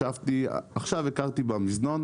ישבתי עכשיו הכרתי במזנון,